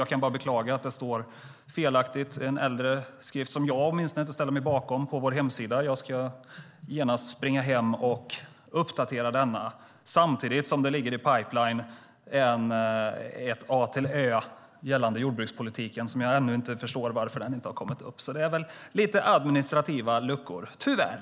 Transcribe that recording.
Jag kan bara beklaga att det felaktigt finns en äldre skrivning på vår hemsida som i alla fall jag inte ställer mig bakom. Jag ska genast springa hem och uppdatera den. Samtidigt ligger det i pipeline ett avsnitt för Vår politik A till Ö gällande jordbrukspolitiken som jag inte förstår varför den ännu inte har kommit upp. Det är väl lite administrativa luckor, tyvärr.